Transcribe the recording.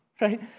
right